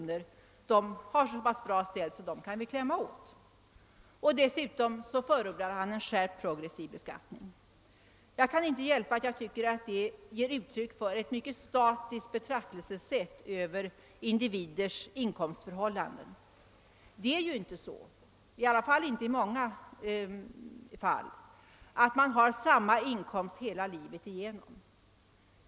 har det så pass bra ställt att man kan klämma åt dem. Dessutom förordar finansministern en skärpt progressiv beskattning. Jag kan inte hjälpa att jag tycker att detta ger uttryck för ett mycket statiskt betraktelsesätt när det gäller individers inkomstförhållanden. Det är ju inte så — åtminstone inte i många fall — att man har samma inkomst hela livet igenom.